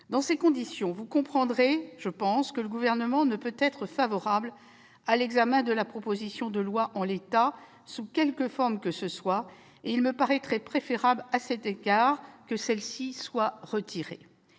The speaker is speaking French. Dans ces conditions, vous comprendrez que le Gouvernement ne peut être favorable à l'examen de la proposition de loi en l'état, sous quelque forme que ce soit. Il me paraîtrait préférable à cet égard que ce texte soit retiré.